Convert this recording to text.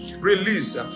Release